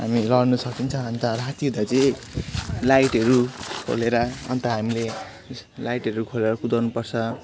हामी लड्नु सकिन्छ अन्त राति हुँदा चाहिँ लाइटहरू खोलेर अन्त हामीले उयस लाइटहरू खोलेर कुदाउनु पर्छ